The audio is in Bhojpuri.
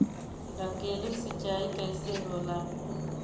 ढकेलु सिंचाई कैसे होला?